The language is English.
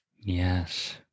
yes